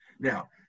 Now